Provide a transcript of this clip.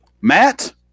Matt